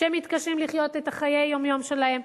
שמתקשים לחיות את חיי היום-יום שלהם.